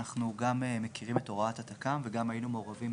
אנחנו גם מכירים את הוראת התכ"מ וגם היינו מעורבים.